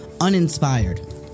uninspired